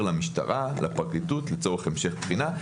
אותם למשטרה ולפרקליטות לצורך המשך בחינה,